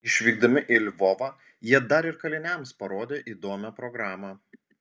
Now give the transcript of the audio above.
išvykdami į lvovą jie dar ir kaliniams parodė įdomią programą